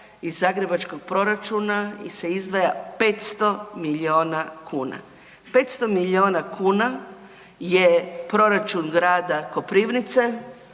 iz zagrebačkog proračuna se izdvaja 500 miliona kuna. 500 miliona kuna je proračun grada Koprivnice